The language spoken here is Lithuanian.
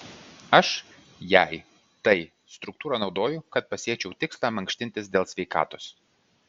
aš jei tai struktūrą naudoju kad pasiekčiau tikslą mankštintis dėl sveikatos